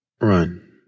Run